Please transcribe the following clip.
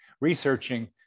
researching